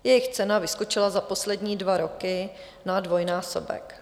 Jejich cena vyskočila za poslední dva roky na dvojnásobek.